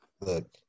look